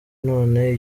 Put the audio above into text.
none